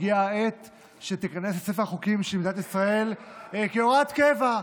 והגיעה העת שהיא תיכנס לספר החוקים של מדינת ישראל כהוראת קבע.